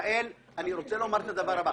יעל, אני רוצה לומר את הדבר הבא.